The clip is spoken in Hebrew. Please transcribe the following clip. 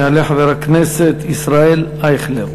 יעלה חבר הכנסת ישראל אייכלר,